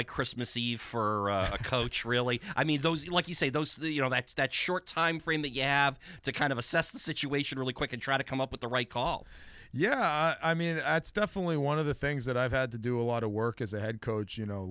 like christmas eve for a coach really i mean those like you say those the you know that that short time frame that yeah have to kind of assess the situation really quick and try to come up with the right call yeah i mean that's definitely one of the things that i've had to do a lot of work as a head coach you know